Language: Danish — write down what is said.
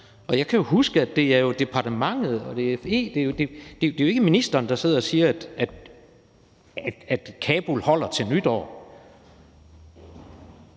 og jeg kan huske, at det er departementet og jo ikke ministeren, der sidder og siger, at Kabul holder til nytår.